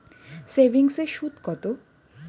সেভিংসে সুদ কত?